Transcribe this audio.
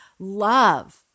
love